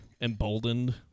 emboldened